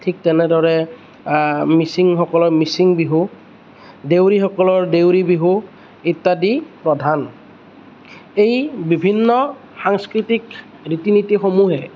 ঠিক তেনেদৰে মিচিংসকলৰ মিচিং বিহু দেউৰীসকলৰ দেউৰী বিহু ইত্যাদি প্ৰধান এই বিভিন্ন সাংস্কৃতিক ৰীতি নীতিসমূহে